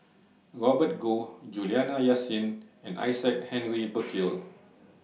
Robert Goh Juliana Yasin and Isaac Henry Burkill